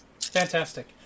Fantastic